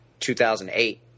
2008